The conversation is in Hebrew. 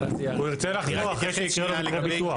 הוא ירצה לחזור אחרי שיקרה לו מקרה ביטוח,